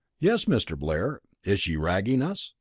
yes, mr. blair, is she ragging us?